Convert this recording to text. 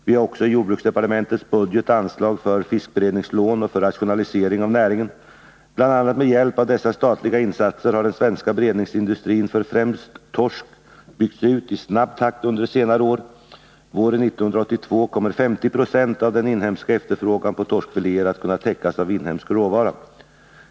Vi har också i jordbruksdepartementets budget anslag för fiskberedningslån och för rationalisering av näringen. Bl. a. med hjälp av dessa statliga insatser har den svenska beredningsindustrin för främst torsk byggts ut i snabb takt under senare år. Våren 1982 kommer 50 20 av den inhemska efterfrågan på torskfiléer att kunna täckas av inhemsk råvara.